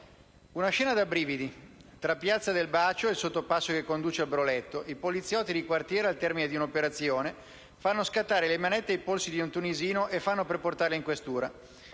«Una scena da brividi, tra piazza del Bacio e il sottopasso che conduce al Broletto: i poliziotti di quartiere al termine di un'operazione fanno scattare le manette ai polsi di un tunisino e fanno per portarlo in questura.